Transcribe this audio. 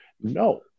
No